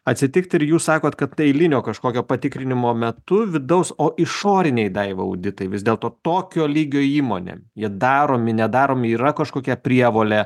atsitikti ir jūs sakot kad tai eilinio kažkokio patikrinimo metu vidaus o išoriniai daiva auditai vis dėlto tokio lygio įmonė jie daromi nedaromi yra kažkokia prievolė